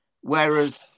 whereas